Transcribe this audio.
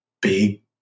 big